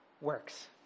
works